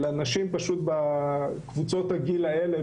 אלא נשים בקבוצות הגיל האלה,